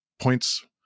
points